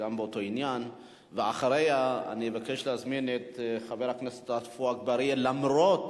איך מונעים הארכת כביש צפונה ודרומה.